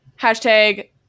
hashtag